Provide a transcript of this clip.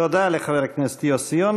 תודה לחבר הכנסת יוסי יונה.